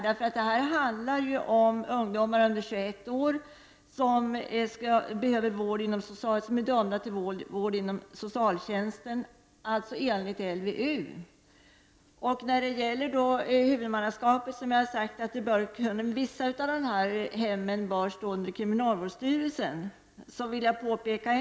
Detta handlar om ungdomar under 21 år som är dömda till vård inom socialtjänsten enligt LVU, och vi har då sagt att vissa av hemmen bör stå under kriminalvårdsstyrelsens huvudmannaskap.